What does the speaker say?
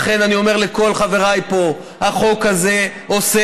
לכן אני אומר לכל חבריי פה: החוק הזה עושה